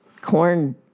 corn